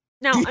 Now